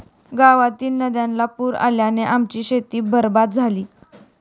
गावातील नदीला पूर आल्याने आमची शेती बरबाद झाली